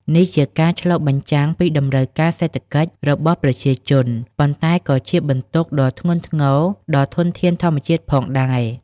នេះជាការឆ្លុះបញ្ចាំងពីតម្រូវការសេដ្ឋកិច្ចរបស់ប្រជាជន ប៉ុន្តែក៏ជាបន្ទុកដ៏ធ្ងន់ធ្ងរដល់ធនធានធម្មជាតិផងដែរ។